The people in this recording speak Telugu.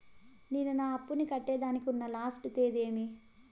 నేను నా అప్పుని కట్టేదానికి ఉన్న లాస్ట్ తేది ఏమి?